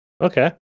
Okay